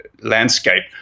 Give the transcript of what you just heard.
landscape